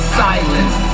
silence